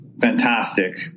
fantastic